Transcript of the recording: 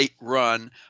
run